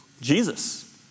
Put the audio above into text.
Jesus